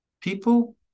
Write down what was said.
People